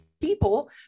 people